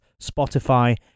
Spotify